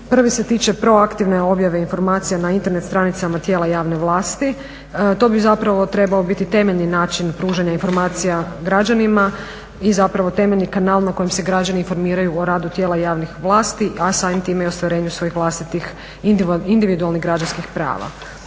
Prvi se tiče proaktivne objave informacija na internet stranicama tijela javne vlasti, to bi zapravo trebao biti temeljni način pružanja informacija građanima i zapravo temeljni kanal na kojem se građani informiraju o radu tijela javnih vlasti, a samim time i ostvarenju svojih vlastitih individualnih građanskih prava.